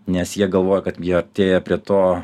nes jie galvoja kad jie artėja prie to